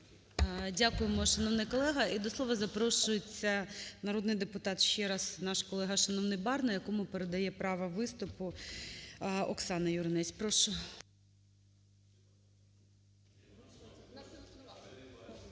Дякуємо, шановний колего. І до слова запрошується народний депутат ще раз, наш колега шановний Барна, якому передає право виступу ОксанаЮринець. Прошу.